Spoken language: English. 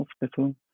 Hospital